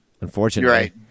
Unfortunately